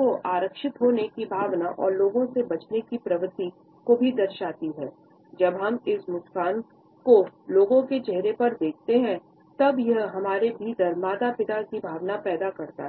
के आरक्षित होने की भावना और लोगों से बचने की प्रवृत्ति को भी दर्शाती है